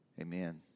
Amen